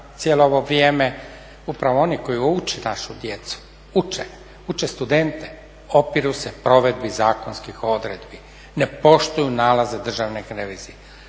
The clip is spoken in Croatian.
cijelo ovo vrijeme upravo oni koji uče našu djecu, uče, uče studente, opiru se provedbi zakonskih odredbi, ne poštuju nalaze državne revizije.